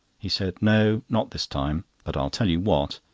he said no, not this time but i'll tell you what,